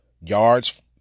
yards